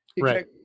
right